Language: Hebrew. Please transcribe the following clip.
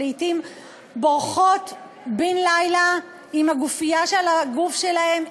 שלעתים בורחות בלילה עם הגופייה שעל הגוף שלהן,